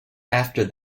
after